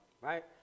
right